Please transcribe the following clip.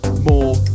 more